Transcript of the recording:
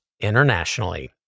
internationally